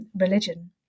religion